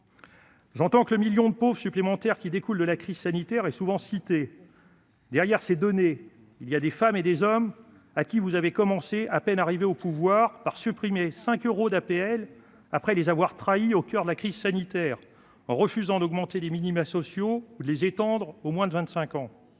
mesures. Le million de pauvres supplémentaire qui découle de la crise sanitaire est souvent cité. Derrière ces données, il y a des femmes et des hommes à qui, à peine arrivés au pouvoir, vous avez commencé par supprimer 5 euros d'APL, avant de les trahir, au coeur de la crise sanitaire, en refusant d'augmenter les minima sociaux ou de les étendre aux moins de 25 ans.